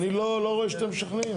אני לא רואה שאתם משכנעים,